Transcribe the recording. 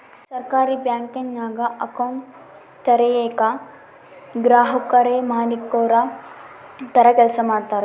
ಸಹಕಾರಿ ಬ್ಯಾಂಕಿಂಗ್ನಾಗ ಅಕೌಂಟ್ ತೆರಯೇಕ ಗ್ರಾಹಕುರೇ ಮಾಲೀಕುರ ತರ ಕೆಲ್ಸ ಮಾಡ್ತಾರ